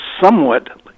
somewhat